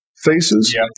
faces